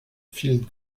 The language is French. field